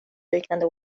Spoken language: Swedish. liknande